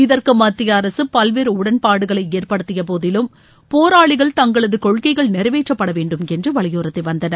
இதற்கு மத்திய அரசு பல்வேறு உடன்பாடுகளை ஏற்படுத்தியபோதிலும் போராளிகள் தங்களது கொள்கைகள் நிறைவேற்றப்பட வேண்டும் என்று வலியுறுத்தி வந்தனர்